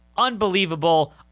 Unbelievable